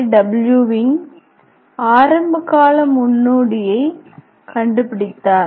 W இன் ஆரம்பகால முன்னோடியைக் கண்டுபிடித்தார்